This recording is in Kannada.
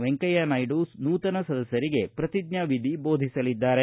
ವೆಂಕಯ್ಜನಾಯ್ಡ ನೂತನ ಸದಸ್ಕರಿಗೆ ಪ್ರತಿಜ್ಲಾ ವಿಧಿ ಬೋಧಿಸಲಿದ್ದಾರೆ